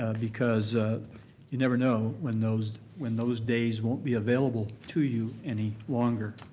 ah because you never know when those when those days won't be available to you any longer.